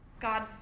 God